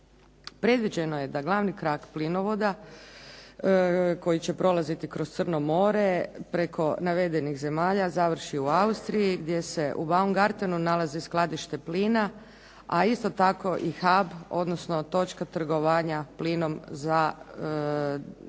Predviđeno je da glavni krak plinovoda koji će prolaziti kroz Crno more preko navedenih zemalja završi u Austriji gdje se u Vaumgartenu nalazi skladište plina, a isto tako i Hab odnosno točka trgovanja plinom za